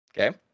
Okay